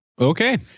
Okay